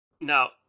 Now